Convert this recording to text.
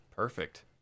Perfect